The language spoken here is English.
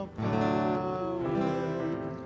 power